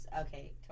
okay